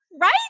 Right